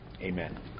amen